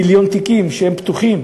מיליון תיקים שהם פתוחים